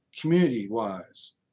community-wise